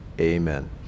amen